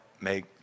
make